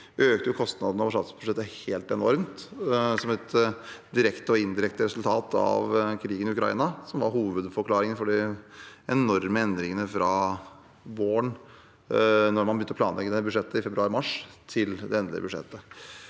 gjort: Kostnadene over statsbudsjettet økte helt enormt, som et direkte og indirekte resultat av krigen i Ukraina, som var hovedforklaringen på de enorme endringene fra våren – altså da man begynte å planlegge det budsjettet i februar/ mars – til det endelige budsjettet.